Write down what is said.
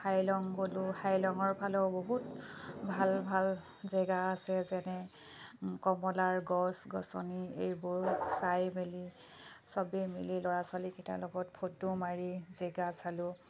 Hailong গ'লোঁ হাইলঙৰ ফালেও বহুত ভাল ভাল জেগা আছে যেনে কমলাৰ গছ গছনি এইবোৰ চাই মেলি চবেই মিলি ল'ৰা ছোৱালীকেইটাৰ লগত ফটো মাৰি জেগা চালোঁ